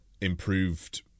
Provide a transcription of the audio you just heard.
Improved